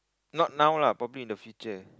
not now lah probably in the future